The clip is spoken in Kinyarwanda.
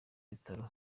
bitaro